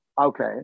okay